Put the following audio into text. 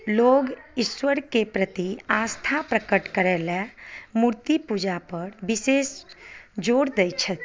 लोग ईश्वर के प्रति आस्था प्रकट करय लय मूर्ति पूजा पर विशेष जोर दै छथि